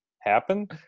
happen